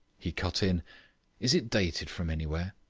he cut in is it dated from anywhere?